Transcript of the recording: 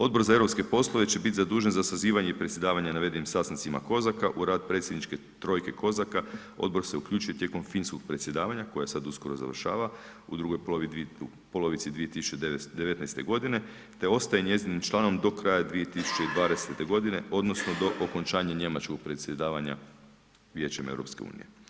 Odbor za eu poslove će biti zadužen za sazivanje i predsjedavanje navedenim sastancima COSAC-a u rad predsjedničke trojke COSAC-a Odbor se uključio tijekom finskog predsjedavanja koje sad uskoro završava u drugoj polovici 2019. godine te ostaje njezinim članom do kraja 2020. godine odnosno do okončanja njemačkog predsjedavanja Vijećem EU.